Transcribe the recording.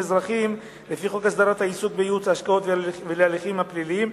אזרחיים לפי חוק הסדרת העיסוק בייעוץ השקעות ולהליכים הפליליים,